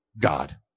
God